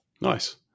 Nice